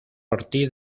ortiz